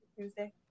Tuesday